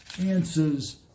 answers